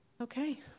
okay